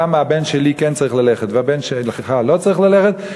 למה הבן שלי כן צריך ללכת והבן שלך לא צריך ללכת,